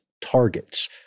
targets